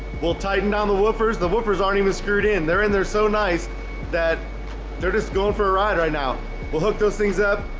we'll tighten down the woofers the woofers aren't even screwed in there and they're so nice that they're just going for a ride right now we'll hook those things up.